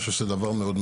אני חושב שזה חשוב מאוד.